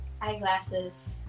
Eyeglasses